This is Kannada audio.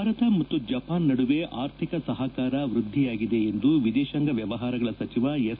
ಭಾರತ ಮತ್ತು ಜಪಾನ್ ನಡುವೆ ಆರ್ಥಿಕ ಸಹಕಾರ ವೃದ್ದಿಯಾಗಿದೆ ಎಂದು ವಿದೇತಾಂಗ ವ್ಚವಹಾರಗಳ ಸಚಿವ ಎಸ್